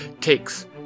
takes